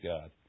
God